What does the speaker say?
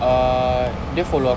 ah dia follow aku